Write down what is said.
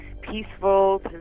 peaceful